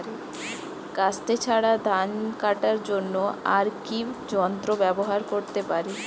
কাস্তে ছাড়া ধান কাটার জন্য আর কি যন্ত্র ব্যবহার করতে পারি?